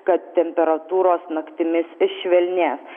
kad temperatūros naktimis švelnės